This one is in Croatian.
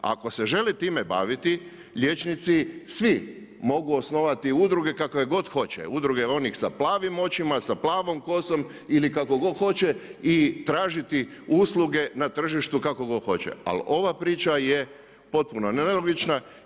Ako se želi time baviti liječnici svi mogu osnovati udruge kakve god hoće, udruge onih sa plavim očima, sa plavom kosom ili kako god hoće i tražiti usluge na tržištu kako god hoće, ali ova priča je potpuno nelogična.